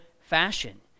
fashion